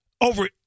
Over